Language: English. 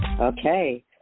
Okay